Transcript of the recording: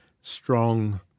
strong